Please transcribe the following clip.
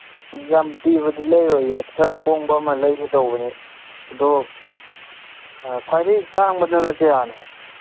ꯌꯥꯝ ꯄꯤꯕꯗꯤ ꯂꯩꯔꯣꯏ ꯈꯔ ꯍꯣꯡꯕ ꯑꯃ ꯂꯩꯒꯦ ꯇꯧꯕꯅꯦ ꯑꯗꯣ ꯈ꯭ꯋꯥꯏꯗꯒꯤ ꯇꯥꯡꯕꯗꯅ ꯀꯌꯥꯅꯣ